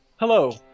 Hello